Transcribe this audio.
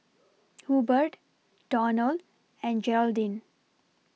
Hubert Donald and Gearldine